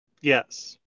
Yes